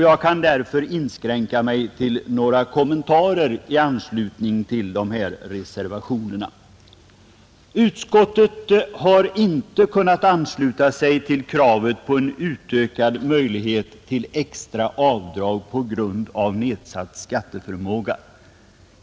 Jag kan därför inskränka mig till några kommentarer i anslutning till dessa reservationer. Utskottet har inte kunnat ansluta sig till kravet på en utökad möjlighet till extra avdrag på grund av nedsatt skatteförmåga.